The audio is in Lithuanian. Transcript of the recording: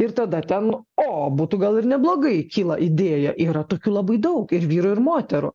ir tada ten o būtų gal ir neblogai kyla idėja yra tokių labai daug ir vyrų ir moterų